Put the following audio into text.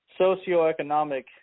socioeconomic